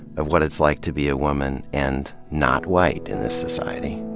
of what it's like to be a woman and not white in this society?